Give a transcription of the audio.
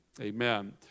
Amen